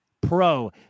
pro